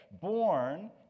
Born